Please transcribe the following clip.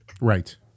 Right